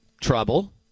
trouble